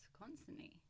constantly